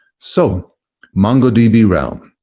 so mongodb realm.